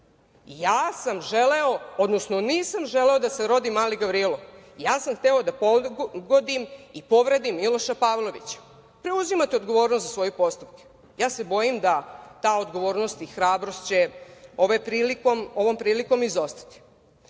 moždani udar, nisam želeo da se rodi mali Gavrilo, ja sam hteo da pogodim i povredim Miloša Pavlovića. Preuzimate odgovornost za svoje postupke. Ja se bojim da ta odgovornost i hrabrost će ovom prilikom izostati. Naime,